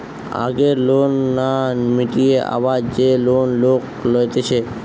আগের লোন না মিটিয়ে আবার যে লোন লোক লইতেছে